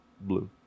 blue